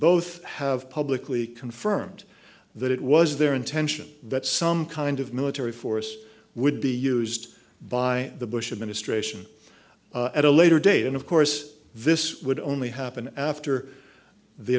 both have publicly confirmed that it was their intention that some kind of military force would be used by the bush administration at a later date and of course this would only happen after the